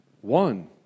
One